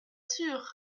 sûr